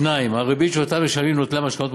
2. הריבית שמשלמים נוטלי המשכנתאות